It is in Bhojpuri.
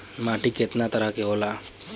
माटी केतना तरह के होला?